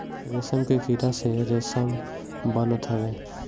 रेशम के कीड़ा से रेशम बनत हवे